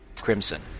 crimson